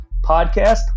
Podcast